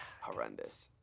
horrendous